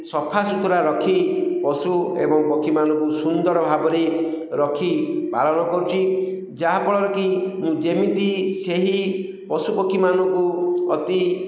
ସଫାସୁତୁରା ରଖି ପଶୁ ଏବଂ ପକ୍ଷୀମାନଙ୍କୁ ସୁନ୍ଦର ଭାବରେ ରଖି ପାଳନ କରୁଛି ଯାହାଫଳରେ କି ମୁଁ ଯେମିତି ସେହି ପଶୁପକ୍ଷୀ ମାନଙ୍କୁ ଅତି